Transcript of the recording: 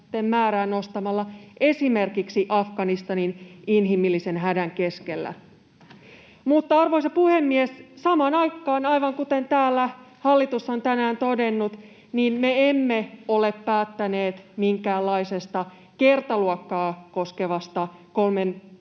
määrää esimerkiksi Afganistanin inhimillisen hädän keskellä. Arvoisa puhemies! Samaan aikaan, aivan kuten täällä hallitus on tänään todennut, me emme ole päättäneet minkäänlaisesta kertaluokkaa koskevasta 3